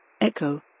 Echo